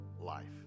life